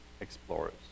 explorers